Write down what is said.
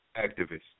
activist